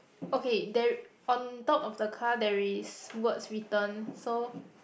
okay there on top of the car there is words written so